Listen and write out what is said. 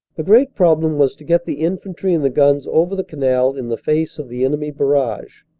the great problem was to get the infantry and the guns over the canal in the face of the enemy barrage,